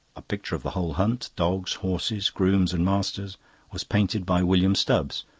a picture of the whole hunt dogs, horses, grooms, and masters was painted by william stubbs,